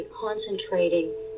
concentrating